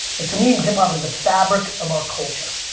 like to me, um hip hop is the fabric of our culture,